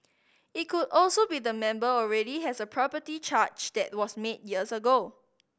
it could also be the member already has a property charge that was made years ago